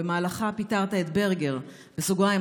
במהלכה פיטרת את ברגר" בסוגריים,